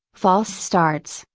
false starts,